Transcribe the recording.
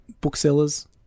booksellers